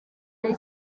ari